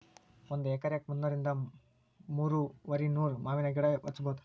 ಒಂದ ಎಕರೆಕ ಮುನ್ನೂರಿಂದ ಮೂರುವರಿನೂರ ಮಾವಿನ ಗಿಡಾ ಹಚ್ಚಬೌದ